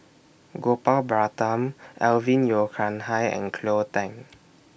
Gopal Baratham Alvin Yeo Khirn Hai and Cleo Thang